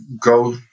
go